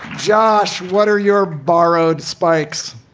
josh, what are your borrowed spikes?